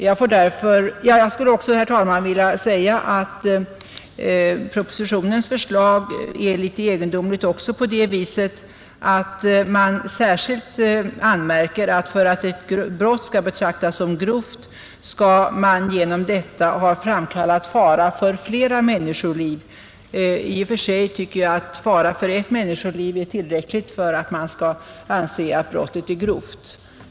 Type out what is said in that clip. Jag skulle också, herr talman, vilja säga att propositionens förslag är litet egendomligt även på det viset att där särskilt anmärks att man, för att ett brott skall betraktas som grovt, genom detta skall ha framkallat fara för flera människoliv. I och för sig tycker jag att fara för ett människoliv är tillräckligt för att man skall anse att brottet är grovt.